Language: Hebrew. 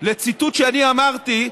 לציטוט שאני אמרתי,